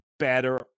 better